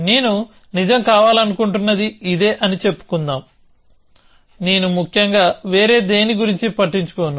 నేను నిజం కావాలనుకుంటున్నది ఇదే అని చెప్పుకుందాం నేను ముఖ్యంగా వేరే దేని గురించి పట్టించుకోను